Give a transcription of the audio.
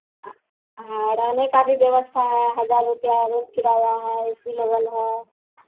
हाँ रहने का भी व्यवस्था है हज़ार रुपैया रोज किराया है ए सी लगल है